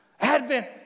Advent